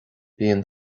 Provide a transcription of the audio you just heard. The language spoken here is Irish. bíonn